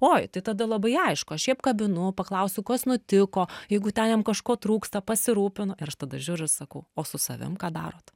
oi tai tada labai aišku aš jį apkabinu paklausiu kas nutiko jeigu ten jam kažko trūksta pasirūpinu ir aš tada žiūriu ir sakau o su savim ką darot